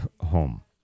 home